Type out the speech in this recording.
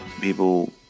People